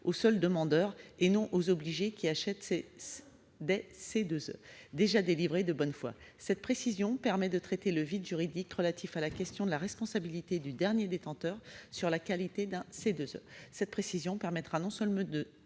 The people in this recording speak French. aux seuls demandeurs, et non aux obligés qui achètent des CEE déjà délivrés de bonne foi. Cette précision permettra de traiter le vide juridique relatif à la question de la responsabilité du dernier détenteur sur la qualité d'un CEE, levant le risque juridique quant à